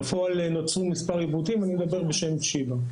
בפועל נוצרו מספר עיוותים, ואני מדבר בשם שיבא.